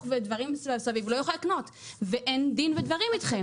ודברים מסביב לא יכולים לקנות ואין דין ודברים אתכם.